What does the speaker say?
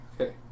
Okay